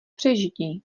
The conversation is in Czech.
přežití